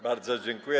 Bardzo dziękuję.